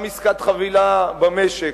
גם עסקת חבילה במשק,